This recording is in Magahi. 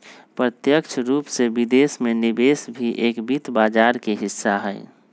प्रत्यक्ष रूप से विदेश में निवेश भी एक वित्त बाजार के हिस्सा हई